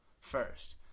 first